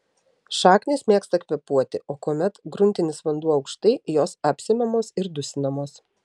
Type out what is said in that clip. šaknys mėgsta kvėpuoti o kuomet gruntinis vanduo aukštai jos apsemiamos ir dusinamos